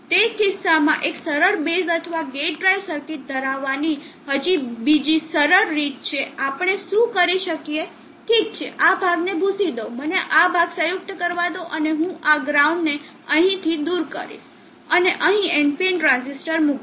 તે કિસ્સામાં એક સરળ બેઝ અથવા ગેટ ડ્રાઇવ સર્કિટ ધરાવવાની હજી બીજી સરળ રીત છે આપણે શું કરી શકીએ ઠીક છે આ ભાગને ભૂંસી દો મને આ ભાગ સંયુક્ત કરવા દો અને હું આ ગ્રાઉન્ડ ને અહીંથી દૂર કરીશ અને અહીં NPN ટ્રાંઝિસ્ટર મૂકીશ